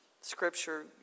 Scripture